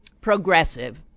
progressive